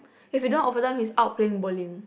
if he don't overtime he's out playing bowling